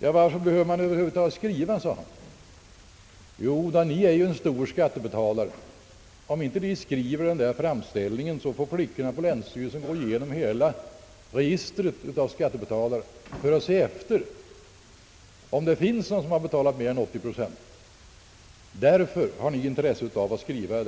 annat. Varför behöver man då över huvud taget skriva?, frågade han. Jo, Ni är ju en stor skattebetalare. Om inte Ni skriver denna framställning, får flickorna på länsstyrelsen gå igenom hela registret av skattebetalare för att se efter var det finns någon som betalat mer än 80 procent. Därför har Ni intresse av att skriva.